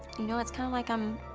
know, it's kind of like i'm